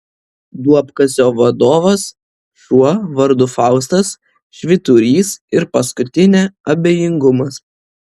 duobkasio vadovas šuo vardu faustas švyturys ir paskutinė abejingumas